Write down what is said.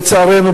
לצערנו,